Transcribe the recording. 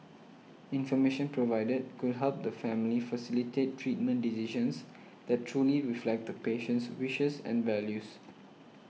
information provided could help the family facilitate treatment decisions that truly reflect the patient's wishes and values